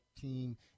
team